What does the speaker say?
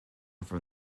from